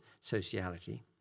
sociality